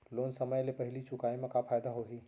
Loan समय ले पहिली चुकाए मा का फायदा होही?